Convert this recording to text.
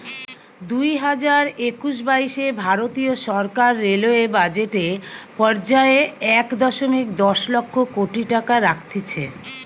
দুইহাজার একুশ বাইশে ভারতীয় সরকার রেলওয়ে বাজেট এ পর্যায়ে এক দশমিক দশ লক্ষ কোটি টাকা রাখতিছে